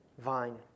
Vine